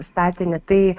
statinį tai